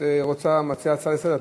את מציעה הצעה לסדר-היום,